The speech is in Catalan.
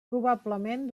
probablement